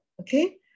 okay